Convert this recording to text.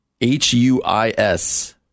H-U-I-S